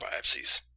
biopsies